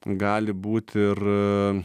gali būt ir